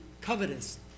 covetous